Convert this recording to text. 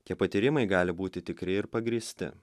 tie patyrimai gali būti tikri ir pagrįsti